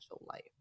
life